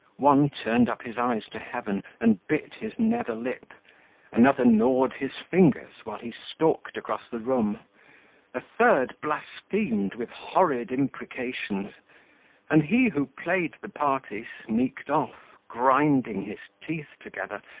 one turned up his eyes to heaven, and bit his nether lip another gnawed his fingers, while he stalked across the room a third blasphemed with horrid imprecations and he who played the party sneaked off, grinding his teeth together,